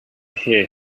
hear